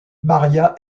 maria